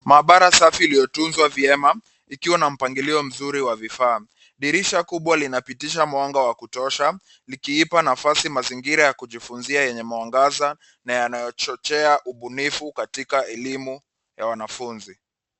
Maabara safi iliyotunzwa vyema ikiwa na mpangilio mzuri wa vifaa. Dirisha kubwa linapitisha mwanga wa kutosha likiipa nafasi mazingira ya kujifunzia yenye mwangaza na yanayochochea ubunifu katika elimu ya wanafunzi.